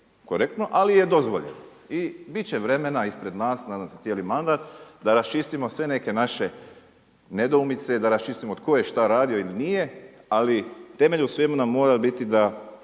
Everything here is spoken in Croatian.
korektno, ali je dozvoljeno. I bit će vremena ispred nas, nadam se cijeli mandat, da raščistimo sve neke naše nedoumice i da raščistimo tko je šta radio ili nije. Ali temelj u svemu nam mora biti da